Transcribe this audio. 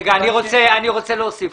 לפני שאתה עונה, אני רוצה להוסיף.